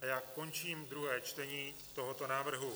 A já končím druhé čtení tohoto návrhu.